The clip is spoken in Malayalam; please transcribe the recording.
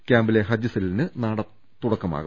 ക്യാമ്പിലെ ഹജ്ജ് സെല്ലിന് നാളെ തുടക്കമാവും